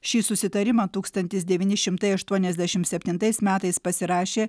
šį susitarimą tūkstantis devyni šimtai aštuoniasdešimt septintais metais pasirašė